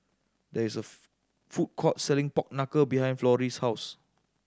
there is a food court selling pork knuckle behind Florie's house